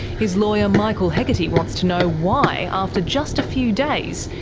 his lawyer michael hegarty wants to know why, after just a few days,